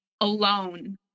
alone